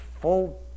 full